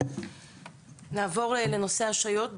נעבור לנושא ההשעיות.